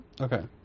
Okay